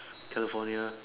California